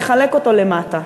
נחלק אותו למטה,